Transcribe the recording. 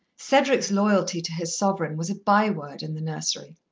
cedric's loyalty to his sovereign was a by-word in the nursery.